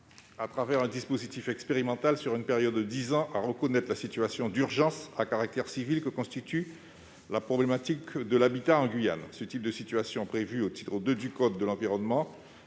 à travers un dispositif expérimental sur une période de dix ans, à reconnaître la situation d'urgence à caractère civil que constitue la problématique de l'habitat en Guyane. Ce type de situation, prévu au titre II du code de l'environnement